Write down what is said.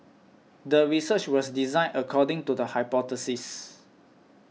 the research was designed according to the hypothesis